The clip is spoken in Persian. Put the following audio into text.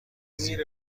زیپ